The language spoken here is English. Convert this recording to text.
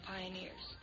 Pioneers